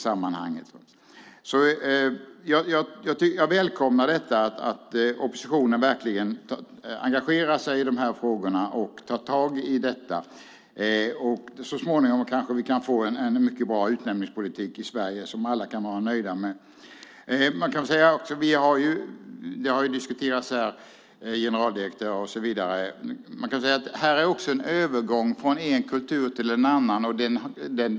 Jag välkomnar att oppositionen engagerar sig i frågorna och tar tag i detta. Så småningom kanske vi kan få en mycket bra utnämningspolitik i Sverige som alla kan vara nöjda med. Det har diskuterats här om generaldirektörer och så vidare. Det handlar om en övergång från en kultur till en annan.